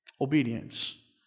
Obedience